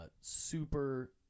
super